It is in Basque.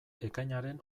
ekainaren